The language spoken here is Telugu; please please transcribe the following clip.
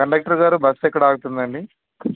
కండక్టర్ గారు బస్ ఎక్కడ ఆగుతుందండి